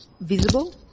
visible